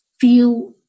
feel